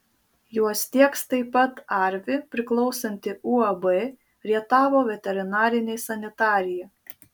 juos tieks taip pat arvi priklausanti uab rietavo veterinarinė sanitarija